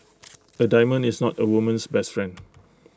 A diamond is not A woman's best friend